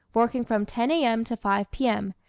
working from ten a m. to five p m,